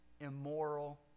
immoral